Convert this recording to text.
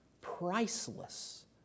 priceless